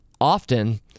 often